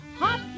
hot